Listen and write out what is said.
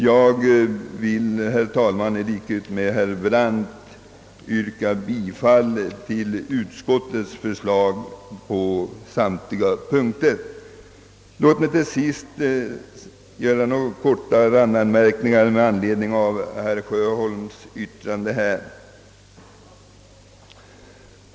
Jag vill, herr talman, i likhet med herr Brandt yrka bifall till utskottets förslag på samtliga punkter. Låt mig till sist göra några korta randanmärkningar med anledning av herr Sjöholms yttrande.